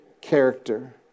character